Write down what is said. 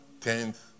tenth